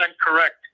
correct